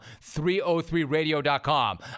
303radio.com